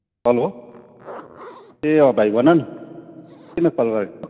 hello ए अँ भाइ भन न किन कल गरेको थियो